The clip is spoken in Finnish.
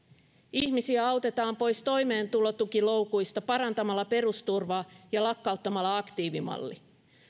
ihmisiä autetaan pois toimeentulotukiloukuista parantamalla perusturvaa ja lakkauttamalla aktiivimalli